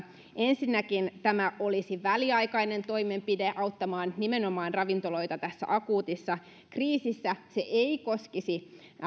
ensinnäkin tämä olisi väliaikainen toimenpide auttamaan nimenomaan ravintoloita tässä akuutissa kriisissä se ei koskisi